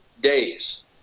days